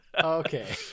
Okay